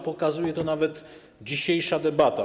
Pokazuje to nawet dzisiejsza debata.